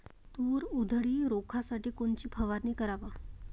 तूर उधळी रोखासाठी कोनची फवारनी कराव?